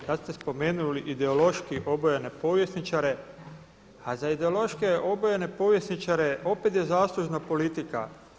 Kada ste spomenuli ideološki obojene povjesničare, a za ideološki obojene povjesničare opet je zaslužna politika.